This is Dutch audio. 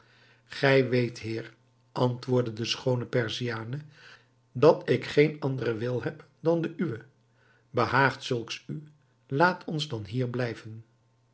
gij weet heer antwoordde de schoone perziane dat ik geen anderen wil heb dan de uwe behaagt zulks u laat ons dan hier blijven